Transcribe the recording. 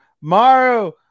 Maru